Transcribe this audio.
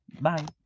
Bye